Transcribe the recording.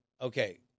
Okay